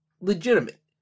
legitimate